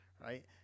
right